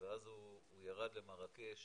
ואז הוא ירד למרקש,